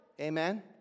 Amen